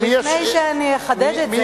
לפני זה אחדד את זה, אזכיר, איזה פעילות?